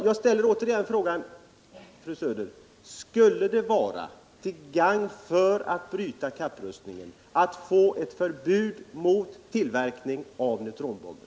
Jag ställer återigen frågan, fru Söder: Skulle ett förbud mot tillverkning av neutronbomben vara till gagn för att bryta kapprustningen?